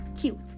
cute